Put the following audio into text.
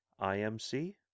IMC